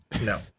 No